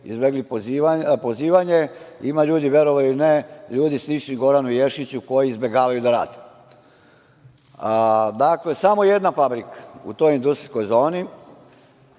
izbegli pozivanje. Ima ljudi, verovali ili ne, ljudi sličnih Goranu Ješiću, koji izbegavaju da rade. Dakle, samo jedna fabrika u toj industrijskoj zoni.